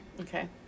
Okay